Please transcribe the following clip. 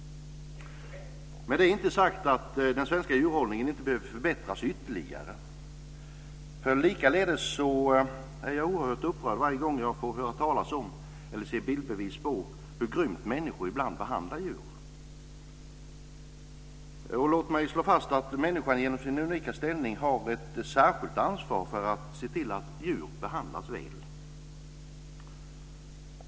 Med det är inte sagt att den svenska djurhållningen inte behöver förbättras ytterligare. Likaledes är jag oerhört upprörd varje gång jag får höra talas om eller se bildbevis på hur grymt människor ibland behandlar djur. Låt mig slå fast att människan genom sin unika ställning har ett särskilt ansvar för att se till att djur behandlas väl.